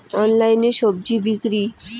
অনলাইনে স্বজি বিক্রি?